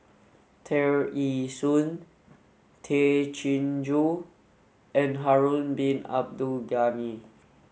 Tear Ee Soon Tay Chin Joo and Harun bin Abdul Ghani